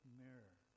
mirror